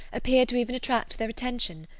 appeared to even attract their attention.